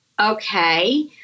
Okay